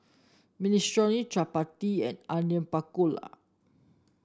Minestrone Chapati and Onion Pakora